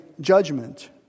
judgment